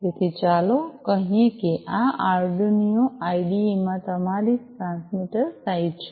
તેથી ચાલો કહીએ કે આ આર્ડુનીઓ આઈડીઇ માં તમારી ટ્રાન્સમીટર સાઇટ છે